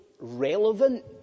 relevant